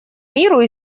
миру